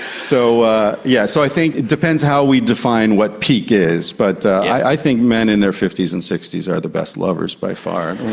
so ah yeah so i think it depends how we define what peak is, but i think men in their fifty s and sixty s are the best lovers by far.